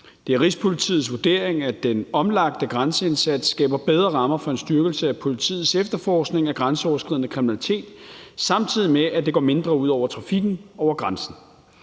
Det er Rigspolitiets vurdering, at den omlagte grænseindsats skaber bedre rammer for en styrkelse af politiets efterforskning af grænseoverskridende kriminalitet, samtidig med at det går mindre ud over trafikken over grænsen.